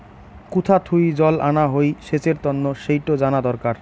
কুথা থুই জল আনা হই সেচের তন্ন সেইটো জানা দরকার